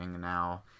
now